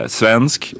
svensk